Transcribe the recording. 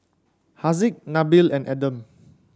Haziq Nabil and Adam